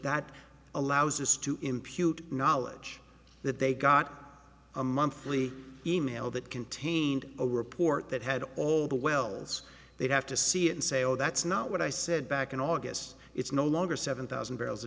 that allows us to impute knowledge that they got a monthly email that contained a report that had all the wells they'd have to see it and say oh that's not what i said back in august it's no longer seven thousand barrels